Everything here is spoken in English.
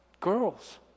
girls